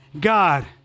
God